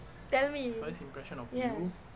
tell me ya